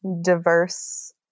diverse